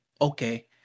okay